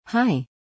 Hi